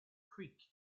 creek